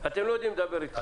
אתם לא יודעים לדבר איתם?